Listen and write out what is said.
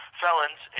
felons